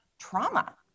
trauma